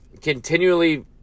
continually